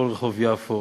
כל רחוב יפו